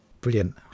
brilliant